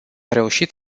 reușit